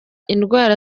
indwara